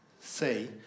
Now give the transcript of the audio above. say